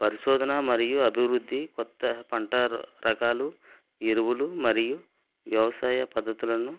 పరిశోధన మరియు అభివృద్ధి కొత్త పంట రకాలు ఎరువులు మరియు వ్యవసాయ పద్దతులను